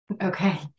okay